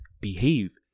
behave